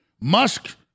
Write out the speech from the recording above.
Musk